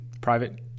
private